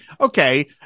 okay